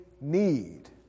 need